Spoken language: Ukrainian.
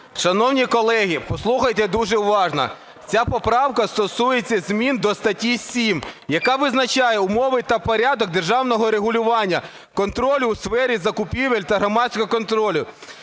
Шановні колеги, послухайте дуже уважно. Ця поправка стосується змін до статті 7, яка визначає умови та порядок державного регулювання, контролю у сфері закупівель та громадського контролю.